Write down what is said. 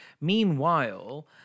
Meanwhile